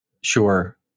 Sure